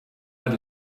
add